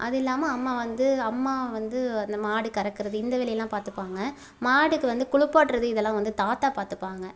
அது இல்லாமல் அம்மா வந்து அம்மா வந்து அந்த மாடு கறக்கிறது இந்த வேலையெல்லாம் பார்த்துப்பாங்க மாடுக்கு வந்து குளுப்பாட்டுறது இதெல்லாம் வந்து தாத்தா பார்த்துப்பாங்க